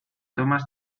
thomas